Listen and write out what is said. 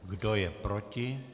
Kdo je proti?